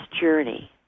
journey